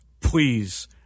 please